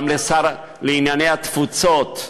גם לשר לענייני התפוצות,